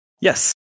Yes